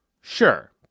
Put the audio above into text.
Sure